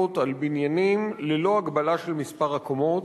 על בניינים ללא הגבלה של מספר הקומות.